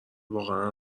واقعا